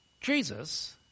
Jesus